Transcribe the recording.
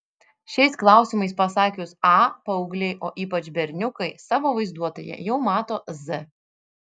šiais klausimais pasakius a paaugliai o ypač berniukai savo vaizduotėje jau mato z